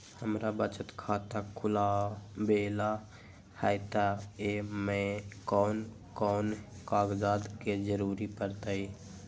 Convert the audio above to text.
हमरा बचत खाता खुलावेला है त ए में कौन कौन कागजात के जरूरी परतई?